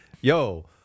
yo